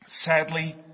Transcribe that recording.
Sadly